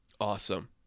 Awesome